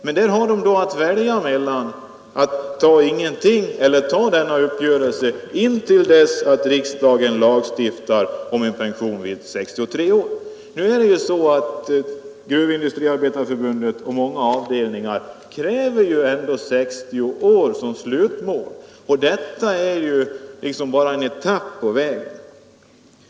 De har då att välja mellan att ta ingenting eller ta denna uppgörelse intill dess att riksdagen lagstiftar om en pension vid 63 år. Gruvindustriarbetareförbundet och många avdelningar kräver 60 år som slutmål. Mitt yrkande är bara en etapp på väg dit.